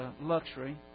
luxury